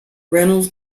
reynolds